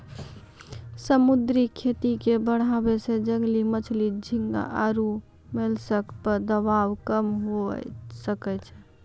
समुद्री खेती के बढ़ाबै से जंगली मछली, झींगा आरु मोलस्क पे दबाब कम हुये सकै छै